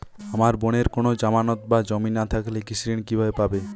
আমার বোনের কোন জামানত বা জমি না থাকলে কৃষি ঋণ কিভাবে পাবে?